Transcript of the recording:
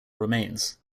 remains